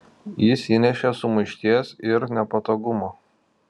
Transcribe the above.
jis įnešė sumaišties ir nepatogumo